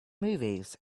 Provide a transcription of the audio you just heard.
movies